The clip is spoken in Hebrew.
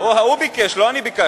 הוא ביקש, לא אני ביקשתי.